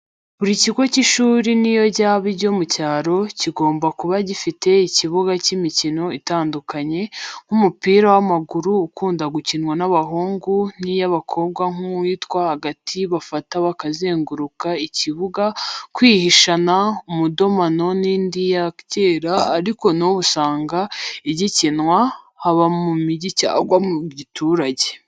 Buri kigo cy'ishuri n'iyo ryaba iryo mu cyaro, kigomba kuba gifite ikibuga cy'imikino itandukanye: nk'umupira w'amaguru ukunda gukinwa n'abahungu n'iy'abakobwa nk'uwitwa agati bafata bakazenguruka ikibuga, kwihishana, umudomano n'indi ya kera ariko n'ubu usanga igikinwa, haba mu mugi cyangwa mu giturage.